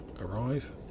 arrive